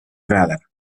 radar